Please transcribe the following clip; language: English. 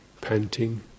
panting